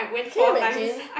can you imagine